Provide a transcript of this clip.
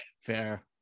Fair